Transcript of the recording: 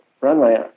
runway